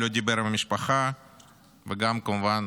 לא דיבר עם המשפחה וגם כמובן